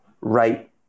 right